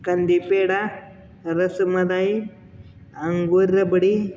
कंदीपेडा रसमलाई अंगोर रबडी